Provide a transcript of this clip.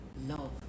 love